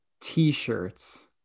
t-shirts